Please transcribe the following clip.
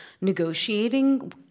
negotiating